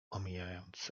omijając